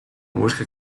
música